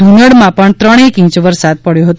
ધૂનડામાં પણ ત્રણેક ઇચ વરસાદ પડ્યો હતો